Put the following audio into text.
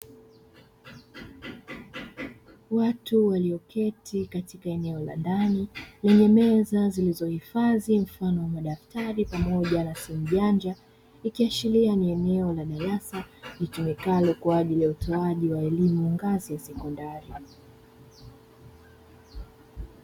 Watu walioketi katika eneo la ndani , lenye meza zilizohifadhi mfano wa madaftari pamoja na simu janja, ikiashiria ni eneo la darasa litumikalo kwaajili ya utoaji wa elimu ngazi ya sekondari.